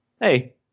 hey